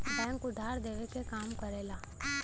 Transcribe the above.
bank उधार देवे क काम करला